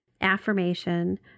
affirmation